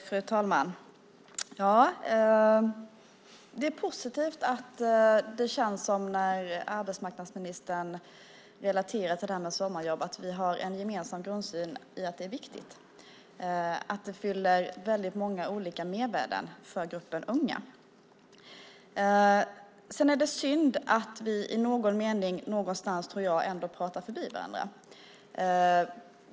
Fru talman! Det är positivt att det känns som att vi har en gemensam grundsyn när arbetsmarknadsministern refererar till sommarjobb och att det är viktigt. Det fyller väldigt många olika mervärden för gruppen unga. Det är synd att vi ändå i någon mening pratar förbi varandra.